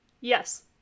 Yes